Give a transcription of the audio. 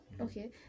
okay